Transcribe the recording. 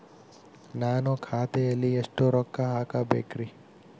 ನಾನು ಖಾತೆಯಲ್ಲಿ ಎಷ್ಟು ರೊಕ್ಕ ಹಾಕಬೇಕ್ರಿ?